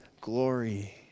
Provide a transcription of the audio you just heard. glory